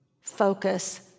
focus